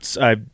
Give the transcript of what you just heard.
I-